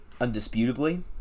Undisputably